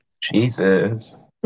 Jesus